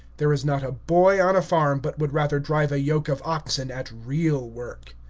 there is not a boy on a farm but would rather drive a yoke of oxen at real work.